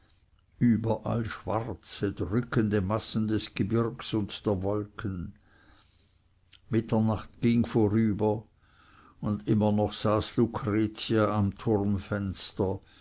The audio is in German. überall schwarze drückende massen des gebirgs und der wolken mitternacht ging vorüber und immer noch saß lucretia am